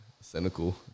Cynical